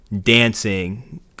dancing